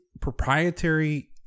proprietary